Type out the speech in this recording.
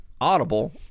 Audible